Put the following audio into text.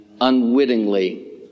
unwittingly